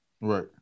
Right